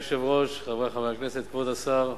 אדוני היושב-ראש, חברי חברי הכנסת, כבוד השר,